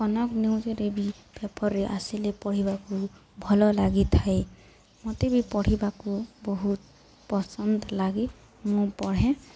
କନକ ନ୍ୟୁଜରେ ବି ପେପରରେ ଆସିଲେ ପଢ଼ିବାକୁ ଭଲ ଲାଗିଥାଏ ମତେ ବି ପଢ଼ିବାକୁ ବହୁତ ପସନ୍ଦ ଲାଗେ ମୁଁ ପଢ଼େ